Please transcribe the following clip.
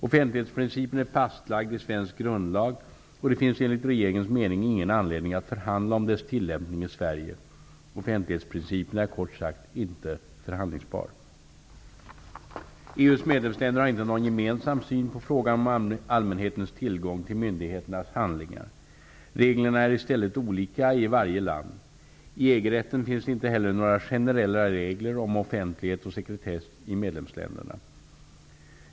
Offentlighetsprincipen är fastlagd i svensk grundlag och det finns enligt regeringens mening ingen anledning att förhandla om dess tillämpning i Sverige. Offentlighetsprincipen är kort sagt inte förhandlingsbar. EU:s medlemsländer har inte någon gemensam syn på frågan om allmänhetens tillgång till myndigheternas handlingar. Reglerna är i stället olika i varje land. I EG-rätten finns det inte heller några generella regler om offentlighet och sekretess i medlemsländerna.